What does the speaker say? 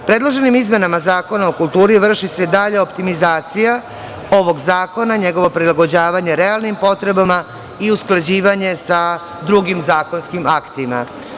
Predloženim izmenama Zakona o kulturi vrši se dalja optimizacija ovog zakona, njegovo prilagođavanje realnim potrebama i usklađivanje sa drugim zakonskim aktima.